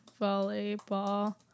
volleyball